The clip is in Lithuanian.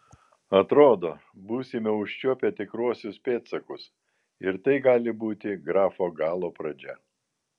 atrodo būsime užčiuopę tikruosius pėdsakus ir tai gali būti grafo galo pradžia